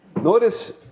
Notice